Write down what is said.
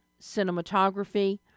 cinematography